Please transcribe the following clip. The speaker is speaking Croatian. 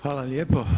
Hvala lijepo.